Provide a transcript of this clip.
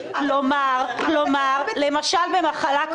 החולים האלה מגיעים למפגשים הללו.